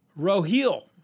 Rohil